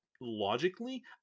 logically